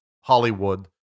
Hollywood